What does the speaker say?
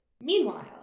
Meanwhile